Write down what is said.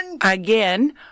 Again